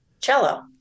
Cello